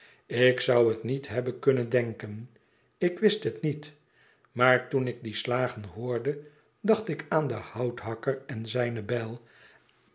ik zou het niet hebben kunnen denken ik wist het niet maar toen ik die slagen hoorde dacht ik aan den houthakker en zijne bijl